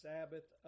Sabbath